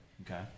Okay